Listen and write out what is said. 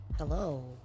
Hello